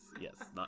yes